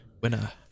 Winner